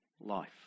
life